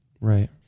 Right